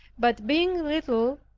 but being little,